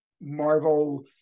marvel